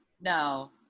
no